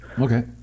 Okay